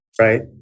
right